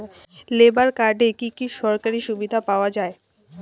Labour কার্ডে কি কি সরকারি সুবিধা পাওয়া যাবে?